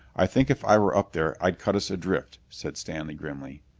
i think if i were up there i'd cut us adrift, said stanley grimly.